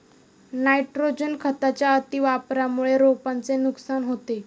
nitrogen खताच्या अतिवापरामुळे रोपांचे नुकसान होते